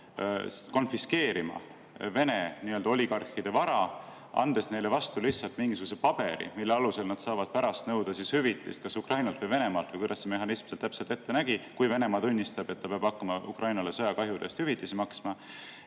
konfiskeerima Vene oligarhide vara, andes neile vastu lihtsalt mingisuguse paberi, mille alusel nad saavad pärast nõuda hüvitist kas Ukrainalt või Venemaalt – või kuidas see mehhanism seal täpselt ette näeb? –, kui Venemaa tunnistab, et ta peab hakkama Ukrainale sõjakahjude eest hüvitisi maksma,